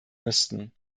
müssten